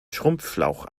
schrumpfschlauch